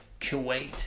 kuwait